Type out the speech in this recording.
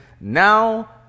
Now